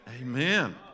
Amen